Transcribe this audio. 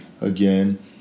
Again